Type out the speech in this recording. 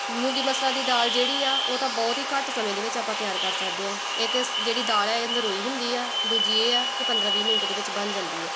ਮੂੰਗੀ ਮਸਰਾਂ ਦੀ ਦਾਲ ਜਿਹੜੀ ਆ ਉਹ ਤਾਂ ਬਹੁਤ ਹੀ ਘੱਟ ਸਮੇਂ ਦੇ ਵਿੱਚ ਆਪਾਂ ਤਿਆਰ ਕਰ ਸਕਦੇ ਹਾਂ ਇੱਕ ਜਿਹੜੀ ਦਾਲ ਹੈ ਇਹ ਨਰੋਈ ਹੁੰਦੀ ਆ ਦੂਜੀ ਇਹ ਆ ਕਿ ਪੰਦਰਾਂ ਵੀਹ ਮਿੰਟ ਦੇ ਵਿੱਚ ਬਣ ਜਾਂਦੀ ਹੈ